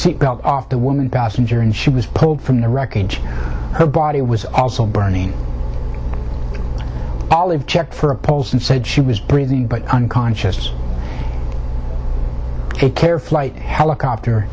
seat belt off the woman passenger and she was pulled from the wreckage her body was also burning all of checked for a pulse and said she was breathing but unconscious care flight helicopter